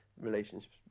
relationships